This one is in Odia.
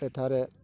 ଏଠାରେ